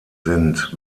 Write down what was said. sind